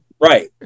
right